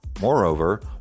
Moreover